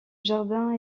jardin